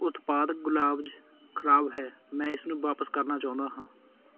ਉਤਪਾਦ ਗੁਲਾਬਜ਼ ਖਰਾਬ ਹੈ ਮੈਂ ਇਸਨੂੰ ਵਾਪਸ ਕਰਨਾ ਚਾਹੁੰਦਾ ਹਾਂ